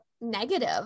negative